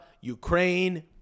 Ukraine